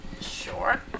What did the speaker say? Sure